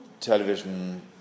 television